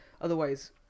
otherwise